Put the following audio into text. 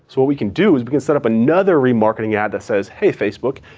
so what we can do is we can set up another remarketing ad that's says, hey facebook,